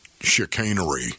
chicanery